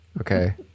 Okay